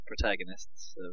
protagonists